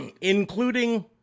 including